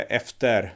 efter